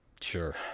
Sure